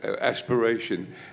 aspiration